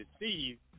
deceived